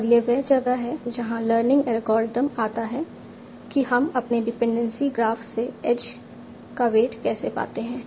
और यह वह जगह है जहां लर्निंग एल्गोरिथ्म आता है कि हम अपने डिपेंडेंसी ग्राफ से एज का वेट कैसे पाते हैं